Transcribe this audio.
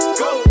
go